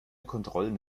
kontrollen